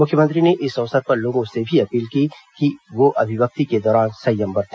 मुख्यमंत्री ने इस अवसर पर लोगों से भी अपील की है वो अभिव्यक्ति के दौरान संयम बरते